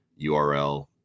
url